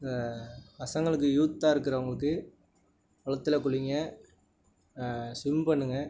பசங்களுக்கு யூத்தாக இருக்கிறவங்களுக்கு குளத்துல குளிங்க ஸ்விம் பண்ணுங்கள்